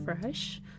fresh